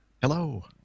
Hello